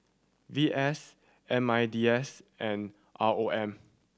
V S M I N D S and R O M